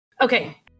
Okay